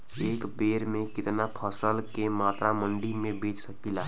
एक बेर में कितना फसल के मात्रा मंडी में बेच सकीला?